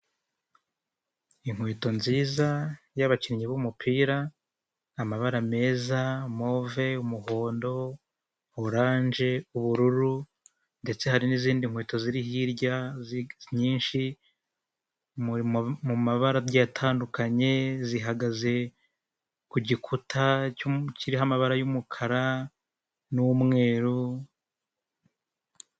Inkweto nziza y'abakinnyi b'umupira, amabara meza, move, umuhondo, oranje, ubururu ndetse hari n'izindi nkweto ziri hirya nyinshi mu mabara agité atandukanye, zihagaze ku gikuta kiriho amabara y'umukara n'umweru.